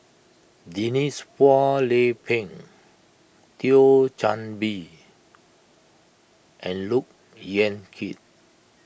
Denise Phua Lay Peng Thio Chan Bee and Look Yan Kit